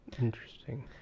interesting